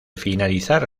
finalizar